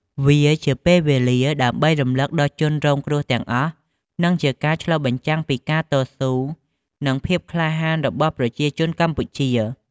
វាជាពេលវេលាដើម្បីរំលឹកដល់ជនរងគ្រោះទាំងអស់ និងជាការឆ្លុះបញ្ចាំងពីការតស៊ូ និងភាពក្លាហានរបស់ប្រជាជនកម្ពុជា។